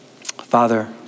Father